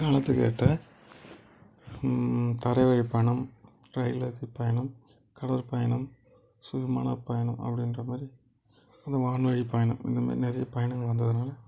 காலத்துக்கு ஏற்ற தரைவழி பயணம் ரயில் வழி பயணம் கடல் பயணம் சுகமான பயணம் அப்பிடின்ற மாதிரி அந்த வான்வழி பயணம் அந்தமாதிரி நிறைய பயணங்கள் வந்ததுனால